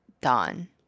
dawn